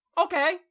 Okay